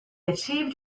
achieved